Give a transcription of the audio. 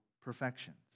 perfections